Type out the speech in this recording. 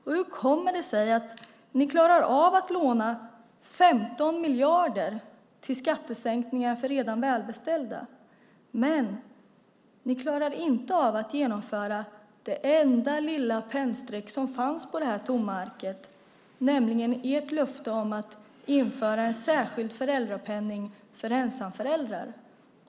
Och hur kommer det sig att ni klarar av att låna 15 miljarder till skattesänkningar för redan välbeställda men inte att genomföra det enda lilla pennstreck som fanns på det här tomma arket, nämligen ert löfte om att införa en särskild föräldrapenning för ensamföräldrar?